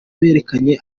berekanye